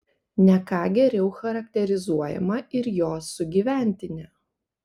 ne ką geriau charakterizuojama ir jo sugyventinė